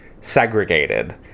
segregated